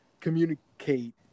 communicate